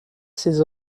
ses